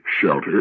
shelter